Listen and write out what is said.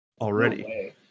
already